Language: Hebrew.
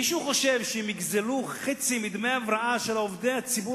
מישהו חושב שאם יגזלו חצי מדמי ההבראה של עובדי הציבור